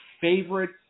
favorite